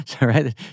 right